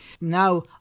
Now